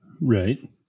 Right